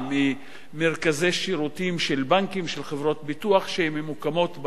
ממרכזי שירותים של בנקים ושל חברות ביטוח שממוקמים בהן,